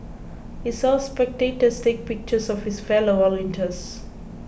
he saw spectators take pictures of his fellow volunteers